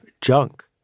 junk